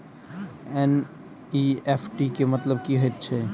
NEFT केँ मतलब की हएत छै?